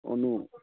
ਉਹਨੂੰ